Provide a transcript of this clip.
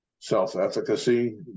self-efficacy